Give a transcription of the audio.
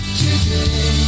today